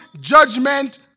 judgment